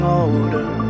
older